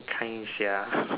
kind sia